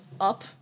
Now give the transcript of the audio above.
up